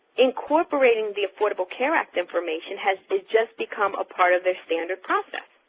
incorporating the affordable care act information has just become a part of their standard process.